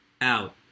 out